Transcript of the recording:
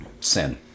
Sin